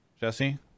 Jesse